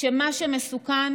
שמה שמסוכן,